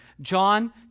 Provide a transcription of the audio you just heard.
John